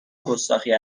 گستاخی